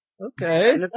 Okay